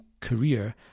career